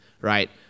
Right